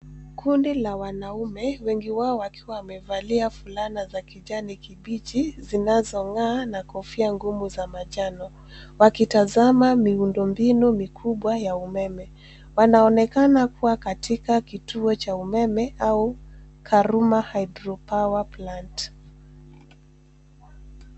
Kundi la wanaume wengi wao wakiwa wamevalia fulana za kijani kibichi zinazong'aa na kofia ngumu za manjano, wakitazama miundo mbinu mikubwa ya umeme. Wanaonekana kuwa katika kituo cha umeme au Karuma Hydropower Plant .